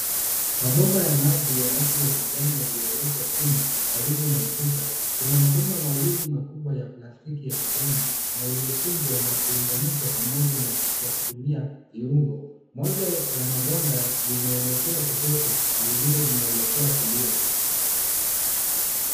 Mabomba ya maji ya rangi ya kijani yaliyowekwa chini karibu na ukuta. Kuna mabomba mawili makubwa ya plastiki ya kijani yaliyokunjwa na kuunganishwa pamoja kwa kutumia viungo. Moja ya mabomba linaelekea kushoto na lingine linaelekea kulia.